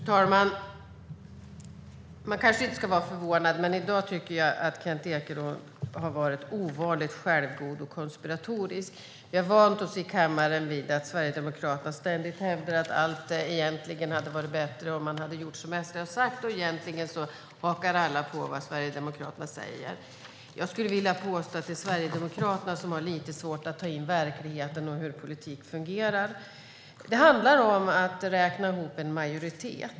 Fru talman! Man kanske inte ska vara förvånad, men i dag tycker jag att Kent Ekeroth har varit ovanligt självgod och konspiratorisk. Vi har vant oss här i kammaren vid att Sverigedemokraterna ständigt hävdar att allt hade varit bättre om man hade gjort som SD sagt och att alla egentligen hakar på vad Sverigedemokraterna säger. Jag skulle vilja påstå att det är Sverigedemokraterna som har lite svårt att ta in verkligheten och hur politik fungerar. Det handlar om att räkna ihop en majoritet.